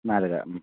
നാലര മ്